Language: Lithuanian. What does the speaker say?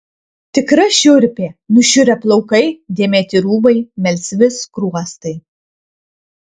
tikra šiurpė nušiurę plaukai dėmėti rūbai melsvi skruostai